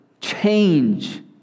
change